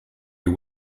you